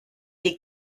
des